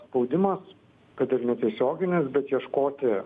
spaudimas kad ir netiesioginis bet ieškoti